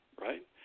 right